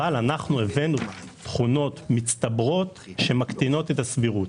אבל הבאנו תכונות מצטברות שמקטינות את הסבירות.